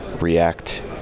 react